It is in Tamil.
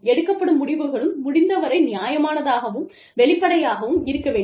எடுக்கப்படும் முடிவுகளும் முடிந்தவரை நியாயமானதாகவும் வெளிப்படையாகவும் இருக்க வேண்டும்